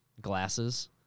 glasses